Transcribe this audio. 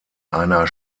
einer